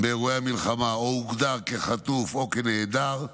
באירועי המלחמה או הוגדר כחטוף או כנעדר,